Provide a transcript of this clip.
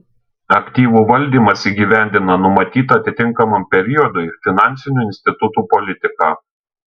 aktyvų valdymas įgyvendina numatytą atitinkamam periodui finansinių institutų politiką